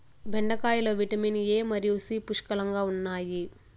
బెండకాయలో vitamin A మరియు C పుష్కలంగా ఉన్నాయి